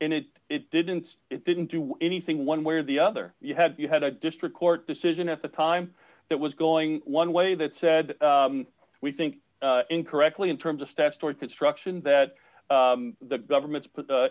and it it didn't it didn't do anything one way or the other you have you had a district court decision at the time that was going one way that said we think incorrectly in terms of steps toward construction that the government's put